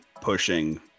pushing